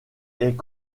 est